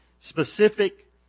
specific